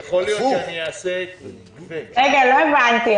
לא הבנתי.